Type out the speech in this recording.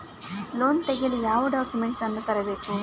Loan ತೆಗೆಯಲು ಯಾವ documents ಅನ್ನು ತರಬೇಕು?